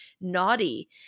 naughty